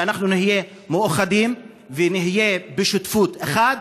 שאנחנו נהיה מאוחדים ונהיה בשותפות אחת,